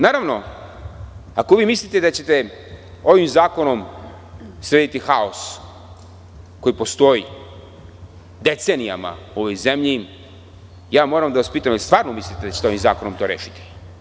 Naravno, ako vi mislite da ćete ovim zakonom srediti haos koji postoji decenijama u ovoj zemlji, ja moram da vas pitam da li mislite da ćete ovim zakonom to rešiti?